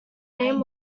name